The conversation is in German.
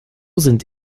sind